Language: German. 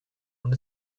und